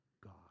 God